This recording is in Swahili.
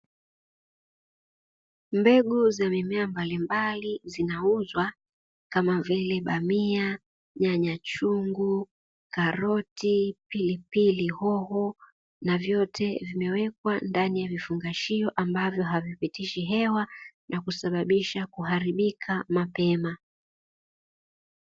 Mbegu za mimea mbalimbali zinauzwa kama vile: bamia, nyanya chungu, karoti, pilipili hoho na vyote vimewekwa ndani ya vifungashio ambavyo havipitishi hewa na kusababisa kuharibika mapema.